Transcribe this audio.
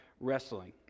wrestling